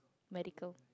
medical